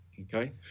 okay